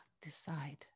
decide